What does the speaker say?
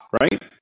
Right